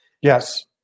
Yes